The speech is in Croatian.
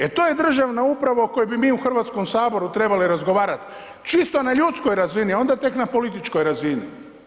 E to je državna uprava o kojoj bi mi u Hrvatskom saboru trebali razgovarat, čisto na ljudskoj razini, a onda tek na političkoj razini.